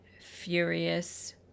furious